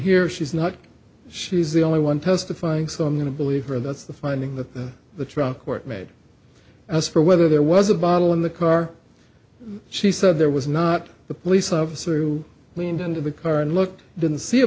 here she's not she's the only one testifying so i'm going to believe her that's the finding that the trunk court made as for whether there was a bottle in the car she said there was not the police officer who leaned into the car and looked didn't see